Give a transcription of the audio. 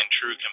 true